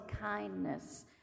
kindness